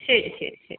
ശരി ശരി ശരി